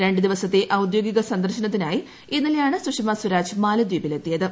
രണ്ട് ദിവസത്തെ ഔദ്യോഗിക സന്ദർശനത്തിനായി ഇന്നലെയാണ് സുഷമ സ്വരാജ് മാലദ്വീപിലെത്തിയത്